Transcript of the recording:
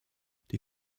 die